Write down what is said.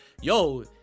yo